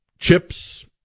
Chips